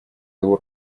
его